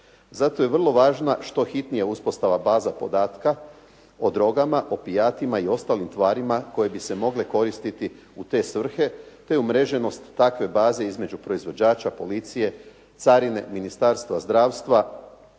Zato je vrlo važna što hitnija uspostava baza podatka o drogama, opijatima i ostalim tvarima koje bi se mogle koristiti u te svrhe, te umreženost takve baze između proizvođača, policije, carine, Ministarstva zdravstva,